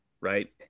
right